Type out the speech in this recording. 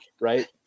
right